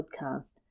podcast